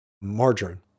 Margarine